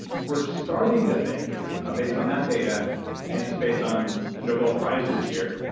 we're starting to think, ah based on that data and just based on the nobel prize this year,